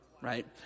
right